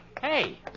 Hey